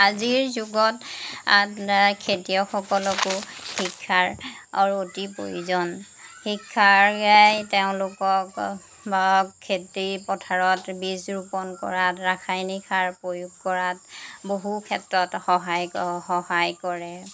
আজিৰ যুগত খেতিয়কসকলকো শিক্ষাৰ অতি অৰ প্ৰয়োজন শিক্ষাই তেওঁলোকক খেতিপথাৰত বীজ ৰোপণ কৰাত ৰাসায়নিক সাৰ প্ৰয়োগ কৰাত বহু ক্ষেত্ৰত সহায় সহায় কৰে